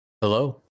Hello